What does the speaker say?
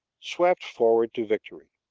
swept forward to victory.